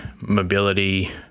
mobility